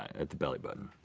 at the belly button.